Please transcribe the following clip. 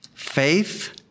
faith